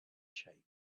shape